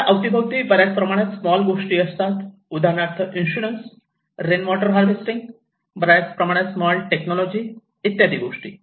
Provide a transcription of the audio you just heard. आपल्या अवतीभवती बऱ्याच प्रमाणात स्मॉल गोष्टी असतात उदाहरणार्थ ईन्शुरन्स रेन वॉटर हार्वेस्टिंग बऱ्याच प्रकारच्या स्मॉल टेक्नॉलॉजी इत्यादी